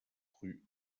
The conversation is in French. rue